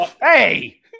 Hey